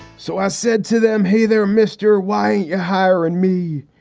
so i said to them, hey there, mister, why you hire and me?